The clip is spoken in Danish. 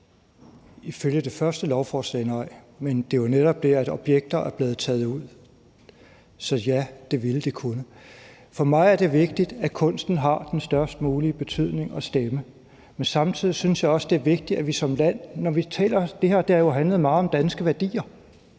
Ifølge det første lovforslag, nej. Men der er jo netop det, at objekter er blevet taget ud, så ja, det ville de kunne. For mig er det vigtigt, at kunsten har den størst mulige betydning og stemme, men samtidig synes jeg også, det er vigtigt, hvad vi gør som land. Det her har jo handlet meget om danske værdier,